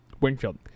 Wingfield